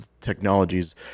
technologies